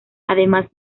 además